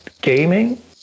gaming